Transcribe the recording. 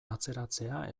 atzeratzea